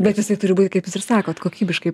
bet jisai turi būti kaip jūs ir sakot kokybiškai